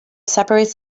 separates